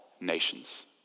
nations